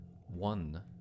one